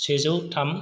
सेजौ थाम